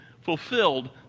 fulfilled